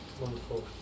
wonderful